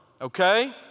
okay